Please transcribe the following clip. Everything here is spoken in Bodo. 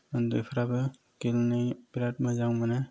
उन्दैफ्राबो गेलेनो बेराद मोजां मोनो